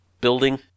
building